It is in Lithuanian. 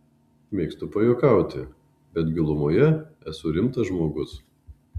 mėgstu pajuokauti bet gilumoje esu rimtas žmogus